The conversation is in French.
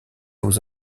aux